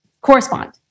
correspond